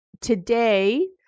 today